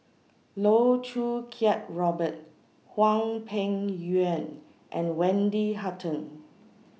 Loh Choo Kiat Robert Hwang Peng Yuan and Wendy Hutton